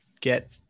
get